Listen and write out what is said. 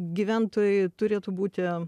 gyventojai turėtų būti